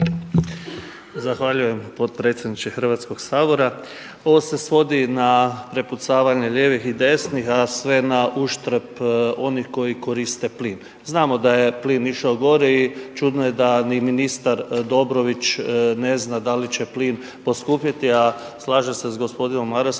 Zahvaljujem potpredsjedniče Hrvatskog sabora. Ovo se svodi na prepucavanje lijevih i desnih, a sve na uštrb onih koji koriste plin. Znamo da je plin išao gore i čudno je da ni ministar Dobrović ne zna da li će plin poskupjeti, a slažem se s gospodinom Marasom